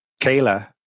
Kayla